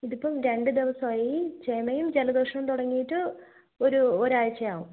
ഇതിപ്പം രണ്ടുദിവസമായി ചുമയും ജലദോഷവും തുടങ്ങിയിട്ട് ഒരു ഒരാഴ്ചയാകും